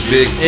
big